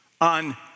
on